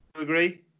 agree